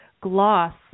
gloss